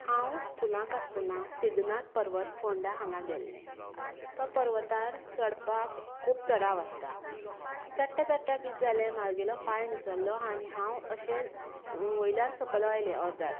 हांव स्कुलांत आसतना सिध्दनाथ पर्वत फोंडा हांगा गेल्लें तो पर्वतार चडपाक खूब चडाव आसता चडटां चडटां कितें जालें म्हागेलो पांय निसरलो आनी हांव अशें वयल्यान सकयल आयलें अर्दार